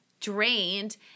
drained